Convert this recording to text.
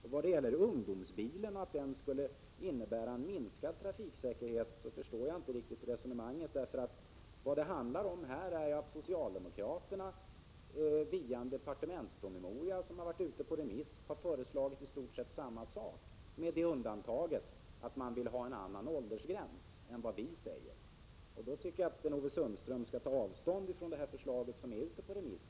När det sedan gäller ungdomsbilen och att den skulle innebära en minskad trafiksäkerhet, förstår jag inte riktigt resonemanget. Det handlar nämligen om att socialdemokraterna via en departementspromemoria som har varit ute på remiss har föreslagit i stort sett samma sak, med det undantaget att de vill ha en annan åldersgräns än den vi förespråkar. Jag tycker att Sten-Ove Sundström då skall ta avstånd ifrån det förslag som är ute på remiss.